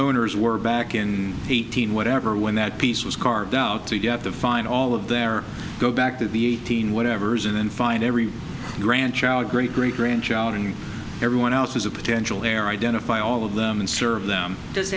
owners were back in eighteen whatever when that piece was carved out to you have to find all of their go back to be eighteen whatevers in and find every grandchild great great grandchild and everyone else is a potential heir identify all of them and serve them does